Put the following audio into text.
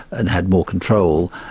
and had more control,